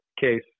case